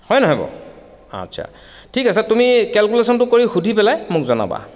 হয় নহয় বাৰু আচ্ছা ঠিক আছে তুমি কেলকুলেশ্যনটো কৰি সুধি পেলাই মোক জনাবা